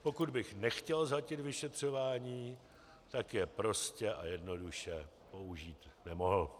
Pokud by nechtěl zhatit vyšetřování, tak je prostě a jednoduše použít nemohl.